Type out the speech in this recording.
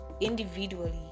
individually